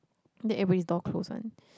then every door close one